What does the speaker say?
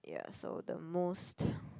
ya so the